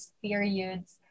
periods